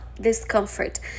discomfort